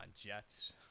Jets